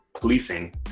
policing